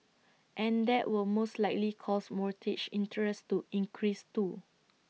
and that will most likely cause mortgage interest to increase too